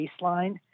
baseline